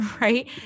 right